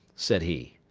said he,